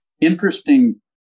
interesting